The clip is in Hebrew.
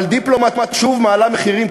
אבל "דיפלומט" שוב מעלה מחירים,